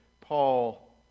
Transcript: Paul